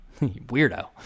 weirdo